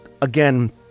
again